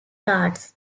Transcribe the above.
darts